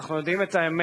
אנחנו יודעים את האמת.